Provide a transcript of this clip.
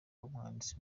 umwanditsi